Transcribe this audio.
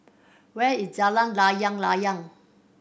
where is Jalan Layang Layang